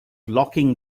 locking